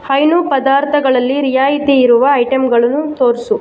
ಹೈನು ಪದಾರ್ಥಗಳಲ್ಲಿ ರಿಯಾಯಿತಿಯಿರುವ ಐಟಂಗಳನ್ನು ತೋರಿಸು